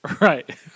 Right